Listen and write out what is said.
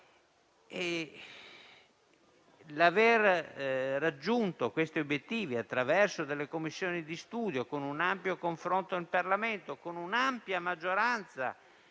Ha raggiunto questi obiettivi attraverso commissioni di studio, con un ampio confronto in Parlamento, con un'ampia maggioranza,